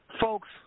Folks